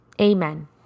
Amen